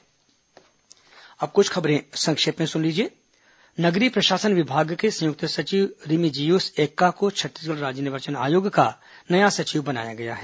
संक्षिप्त समाचार अब कुछ अन्य खबरें संक्षिप्त में नगरीय प्रशासन विभाग के संयुक्त सचिव रिमिजियुस एक्का को छत्तीसगढ़ राज्य निर्वाचन आयोग का नया सचिव बनाया गया है